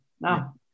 now